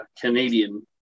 Canadian